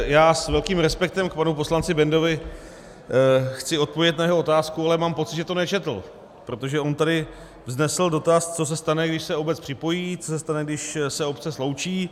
Já s velkým respektem k panu poslanci Bendovi chci odpovědět na jeho otázku, ale mám pocit, že to nečetl, protože on tady vznesl dotaz, co se stane, když se obec připojí, co se stane, když se obce sloučí.